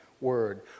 word